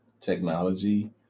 technology